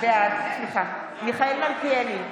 בעד מיכאל מלכיאלי,